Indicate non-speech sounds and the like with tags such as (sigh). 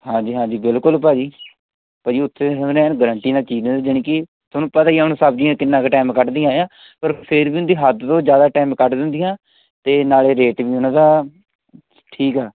ਹਾਂਜੀ ਹਾਂਜੀ ਬਿਲਕੁਲ ਭਾਅ ਜੀ ਭਾਅ ਜੀ ਉੱਥੇ (unintelligible) ਗਰੰਟੀ ਨਾਲ ਚੀਜ਼ ਦਿੰਦੇ ਜਾਣੀ ਕਿ ਤੁਹਾਨੂੰ ਪਤਾ ਹੀ ਹੁਣ ਸਬਜ਼ੀਆਂ ਕਿੰਨਾਂ ਕੁ ਟਾਈਮ ਕੱਢਦੀਆਂ ਆ ਪਰ ਫਿਰ ਵੀ ਉਹਦੀ ਹੱਦ ਤੋਂ ਜ਼ਿਆਦਾ ਟਾਈਮ ਕੱਢ ਦਿੰਦੀਆਂ ਅਤੇ ਨਾਲੇ ਰੇਟ ਵੀ ਉਹਨਾਂ ਦਾ ਠੀਕ ਆ